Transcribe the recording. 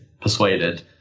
persuaded